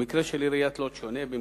המקרה של עיריית לוד שונה במקצת,